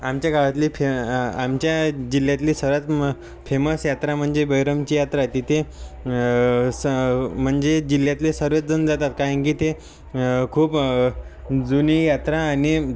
आमच्या गावातली फे आमच्या जिल्ह्यातली सर्वात म फेमस यात्रा म्हनजे बहिरमची यात्रा तिथे स म्हणजे जिल्ह्यातले सर्वचजण जातात कारण की ते खूप जुनी यात्रा आणि